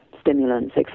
stimulants